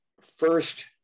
first